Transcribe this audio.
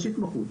יש התמחות.